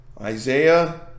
Isaiah